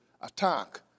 attack